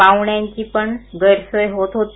पाहुण्यांची पण गैरसोय होत होती